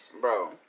Bro